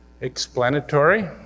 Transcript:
explanatory